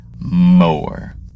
more